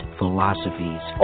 philosophies